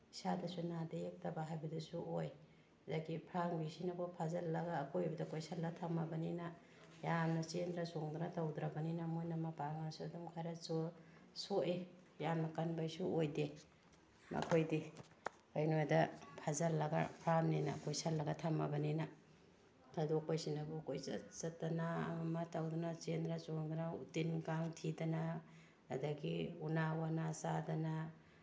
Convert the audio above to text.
ꯏꯁꯥꯗꯁꯨ ꯅꯥꯗ ꯌꯦꯛꯇꯕ ꯍꯥꯏꯕꯗꯨꯁꯨ ꯑꯣꯏ ꯑꯗꯒꯤ ꯐꯥꯝꯒꯤꯁꯤꯅꯕꯨ ꯐꯥꯖꯜꯂꯒ ꯑꯀꯣꯏꯕꯗ ꯀꯣꯏꯁꯤꯜꯂꯒ ꯊꯝꯃꯕꯅꯤꯅ ꯌꯥꯝꯅ ꯆꯦꯟꯗꯅ ꯆꯣꯡꯗꯅ ꯇꯧꯗ꯭ꯔꯕꯅꯤꯅ ꯃꯣꯏꯅ ꯃꯄꯥꯡꯒꯟꯁꯨ ꯑꯗꯨꯝ ꯈꯔꯁꯨ ꯁꯣꯛꯑꯦ ꯌꯥꯝꯅ ꯀꯟꯕꯁꯨ ꯑꯣꯏꯗꯦ ꯃꯈꯣꯏꯗꯤ ꯀꯩꯒꯤꯅꯣꯗ ꯐꯥꯖꯤꯜꯂꯒ ꯐꯥꯝꯅꯤꯅ ꯀꯣꯏꯁꯤꯜꯂꯒ ꯊꯝꯃꯕꯅꯤꯅ ꯊꯥꯗꯣꯛꯄꯁꯤꯅꯕꯨ ꯀꯣꯏꯆꯠ ꯆꯠꯇꯅ ꯑꯃ ꯑꯃ ꯇꯧꯗꯅ ꯆꯦꯟꯗꯅ ꯆꯣꯡꯗꯅ ꯇꯤꯟ ꯀꯥꯡ ꯊꯤꯗꯅ ꯑꯗꯒꯤ ꯎꯅꯥ ꯋꯅꯥ ꯆꯥꯗꯅ